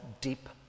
deep